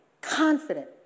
confident